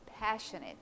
passionate